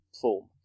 form